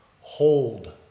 Hold